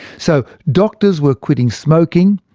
so doctors were quitting smoking,